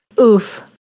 Oof